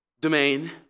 domain